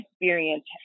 experience